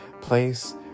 place